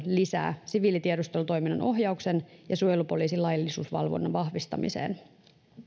lisää siviilitiedustelutoiminnan ohjauksen ja suojelupoliisin laillisuusvalvonnan vahvistamiseen